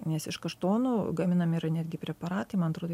nes iš kaštonų gaminami yra netgi preparatai man atrodo